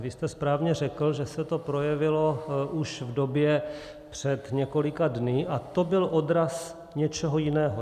Vy jste správně řekl, že se to projevilo už v době před několika dny, a to byl odraz něčeho jiného.